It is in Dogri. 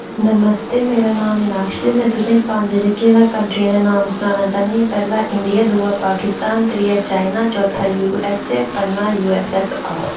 नमस्ते मेरा नाम मीनाक्षी में तुसें ई पंज जेह्की कंट्रियें दे नाम सनाना चाहन्नी आं पैह्ला इंडिया दूआ पाकिस्तान त्रीआ चाइना चौथा यू एस ए पञ्मा यू एस एस आर